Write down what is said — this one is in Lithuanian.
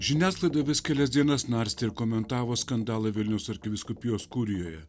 žiniasklaidoj vis kelias dienas narstė ir komentavo skandalą vilniaus arkivyskupijos kurijoje